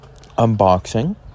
unboxing